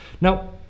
Now